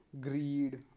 greed